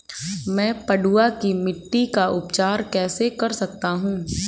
मैं पडुआ की मिट्टी का उपचार कैसे कर सकता हूँ?